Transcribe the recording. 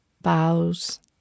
bows